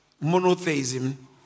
monotheism